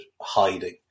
hiding